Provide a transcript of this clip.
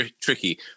tricky